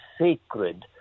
sacred